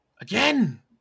Again